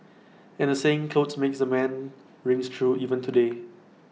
and the saying 'clothes make the man' rings true even today